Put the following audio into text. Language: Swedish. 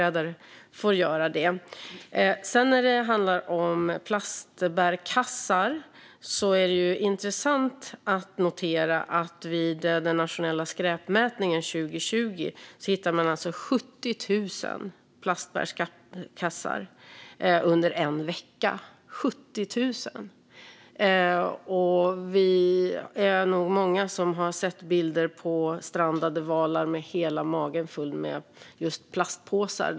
Sedan var det frågan om plastbärkassar. Det är intressant att notera att vid den nationella skräpmätningen 2020 hittade man alltså 70 000 plastbärkassar under en vecka. Vi är nog många som har sett bilder på strandade valar med hela magen full med plastpåsar.